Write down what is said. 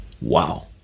Wow